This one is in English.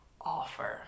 offer